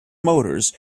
motors